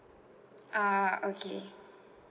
ah okay